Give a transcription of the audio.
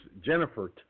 Jennifer